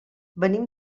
venim